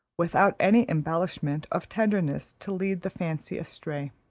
without any embellishment of tenderness to lead the fancy astray.